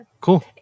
Cool